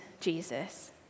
Jesus